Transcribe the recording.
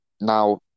now